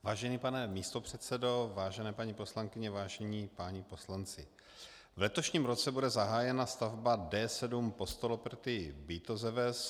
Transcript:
Vážený pane místopředsedo, vážené paní poslankyně, vážení páni poslanci, v letošním roce bude zahájeno stavba D7 PostoloprtyBitozeves.